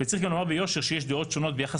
צריך גם לומר ביושר שיש דעות שונות ביחס